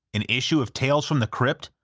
an issue of tales from the crypt,